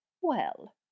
Well